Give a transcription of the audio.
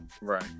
right